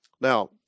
Now